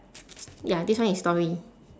ya this one is story